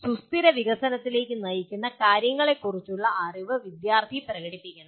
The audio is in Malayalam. സുസ്ഥിര വികസനത്തിലേക്ക് നയിക്കുന്ന കാര്യങ്ങളെക്കുറിച്ചുള്ള അറിവ് വിദ്യാർത്ഥി പ്രകടിപ്പിക്കണം